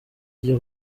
ngiye